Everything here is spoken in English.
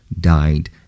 died